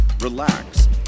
relax